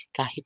kahit